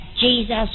Jesus